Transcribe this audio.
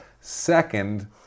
Second